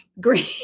Green